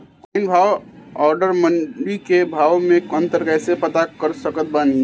Online भाव आउर मंडी के भाव मे अंतर कैसे पता कर सकत बानी?